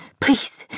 please